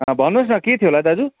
अँ भन्नुहोस् न के थियो होला दाजु